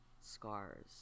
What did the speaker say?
scars